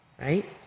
right